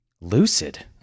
Lucid